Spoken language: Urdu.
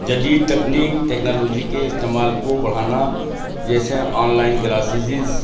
جدید تکنیک ٹکنالوجی کے استعمال کو بڑھانا جیسے آن لائن کلاسیزیز